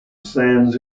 sends